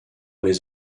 les